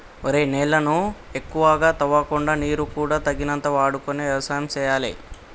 ఒరేయ్ నేలను ఎక్కువగా తవ్వకుండా నీరు కూడా తగినంత వాడుకొని యవసాయం సేయాలి